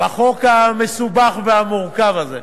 כימים בחוק המסובך והמורכב הזה.